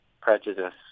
prejudice